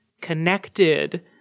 connected